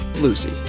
Lucy